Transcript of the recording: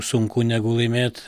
sunku negu laimėt